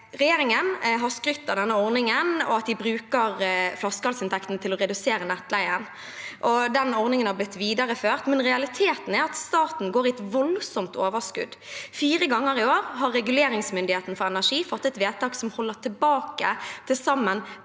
Regjeringen har skrytt av denne ordningen og sagt at de bruker flaskehalsinntektene til å redusere nettleien. Den ordningen har blitt videreført, men realiteten er at staten går i et voldsomt overskudd. Fire ganger i år har reguleringsmyndigheten for energi fattet vedtak som holder tilbake til sammen